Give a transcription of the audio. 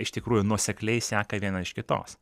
iš tikrųjų nuosekliai seka viena iš kitos